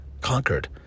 conquered